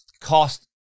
cost